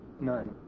None